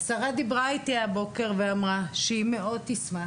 השרה דיברה איתי הבוקר ואמרה שהיא מאוד תשמח